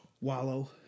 wallow